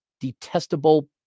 detestable